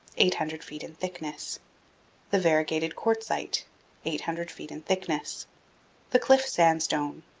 eight hundred feet in thickness the variegated quartzite eight hundred feet in thickness the cliff sandstone,